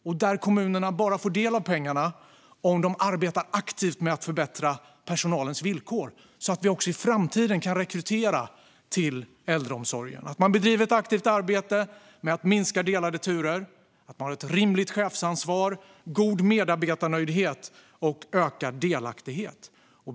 Men kommunerna får bara del av pengarna om de arbetar aktivt med att förbättra personalens villkor - så att de också i framtiden kan rekrytera personal till äldreomsorgen - om de bedriver ett aktivt arbete med att minska delade turer, om de har ett rimligt chefsansvar, god medarbetarnöjdhet och ökad delaktighet.